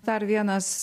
dar vienas